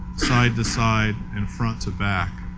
side to side and front to back.